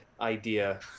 idea